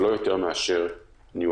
זה לא יותר מאשר ניואנסים.